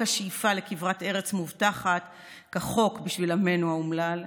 השאיפה לכברת ארץ מובטחת כחוק בשביל עמנו האומלל,